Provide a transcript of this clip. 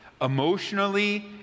emotionally